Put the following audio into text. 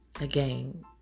Again